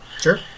Sure